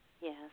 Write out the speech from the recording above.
Yes